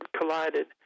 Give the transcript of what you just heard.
collided